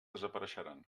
desapareixeran